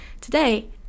Today